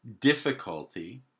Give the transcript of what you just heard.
difficulty